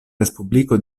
respubliko